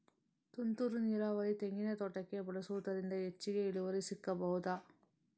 ತುಂತುರು ನೀರಾವರಿ ತೆಂಗಿನ ತೋಟಕ್ಕೆ ಬಳಸುವುದರಿಂದ ಹೆಚ್ಚಿಗೆ ಇಳುವರಿ ಸಿಕ್ಕಬಹುದ?